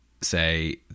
say